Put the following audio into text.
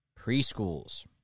preschools